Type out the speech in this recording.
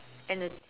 and the